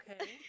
Okay